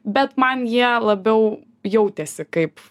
bet man jie labiau jautėsi kaip